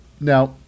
Now